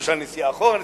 למשל בנסיעה אחורה.